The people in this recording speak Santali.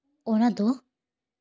ᱚᱱᱟ ᱫᱚ